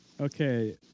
Okay